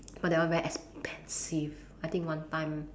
but that one very expensive I think one time